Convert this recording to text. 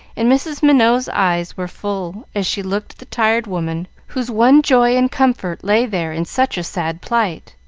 and mrs. minot's eyes were full as she looked at the tired woman, whose one joy and comfort lay there in such sad plight.